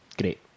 Great